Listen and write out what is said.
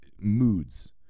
moods